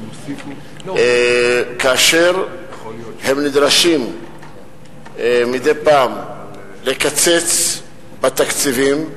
כאשר הן נדרשות מדי פעם לקצץ בתקציבים,